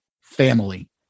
family